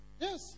Yes